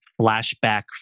Flashback